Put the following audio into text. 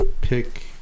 pick